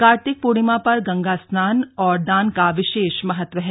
कार्तिक पूर्णिमा पर गंगा स्नान का और दान का विशेष महत्व है